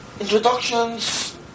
Introductions